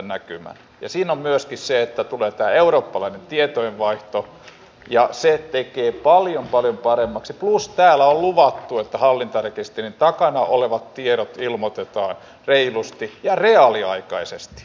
siinä on myöskin se että tulee tämä eurooppalainen tietojenvaihto ja se tekee sen paljon paljon paremmaksi plus täällä on luvattu että hallintarekisterin takana olevat tiedot ilmoitetaan reilusti ja reaaliaikaisesti